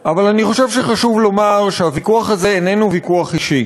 אבל אני חושב שחשוב לומר שהוויכוח הזה איננו ויכוח אישי.